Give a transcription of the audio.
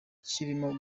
kirimo